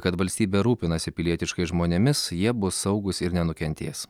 kad valstybė rūpinasi pilietiškais žmonėmis jie bus saugūs ir nenukentės